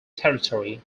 territory